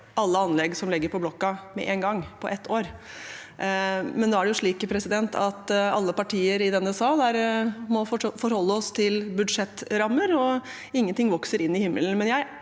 alle anlegg som ligger på blokka, med én gang, på ett år, men nå er det slik at alle partier i denne sal fortsatt må forholde seg til budsjettrammer, og ingenting vokser inn i himmelen.